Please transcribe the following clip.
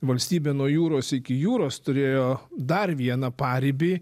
valstybė nuo jūros iki jūros turėjo dar vieną paribį